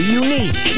unique